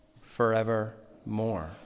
forevermore